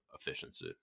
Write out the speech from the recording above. efficiency